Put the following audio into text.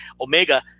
Omega